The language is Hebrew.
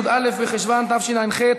י"א בחשוון התשע"ח,